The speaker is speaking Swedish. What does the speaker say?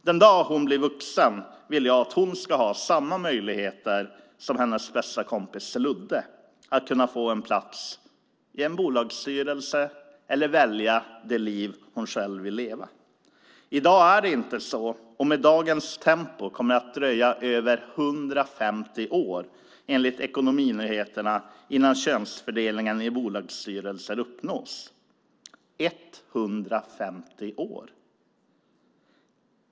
Den dag hon blir vuxen vill jag att hon ska ha samma möjligheter som sin bästa kompis Ludde att få en plats i en bolagsstyrelse eller välja det liv hon själv vill leva. I dag är det inte så, och med dagens tempo kommer det att dröja över 150 år enligt Ekonominyheterna innan könsfördelningen i bolagsstyrelser uppnås - 150 år.